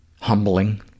Humbling